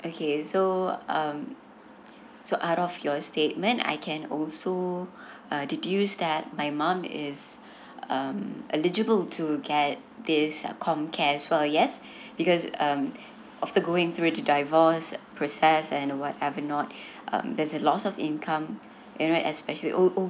okay so um so out of your statement I can also uh deduce that my mum is um eligible to get this com care as well yes because um after going through the divorce process and whatever not um there's a loss of income you know right especially oh oh